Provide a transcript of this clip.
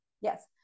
yes